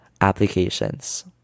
applications